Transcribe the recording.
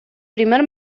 primer